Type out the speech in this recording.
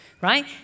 right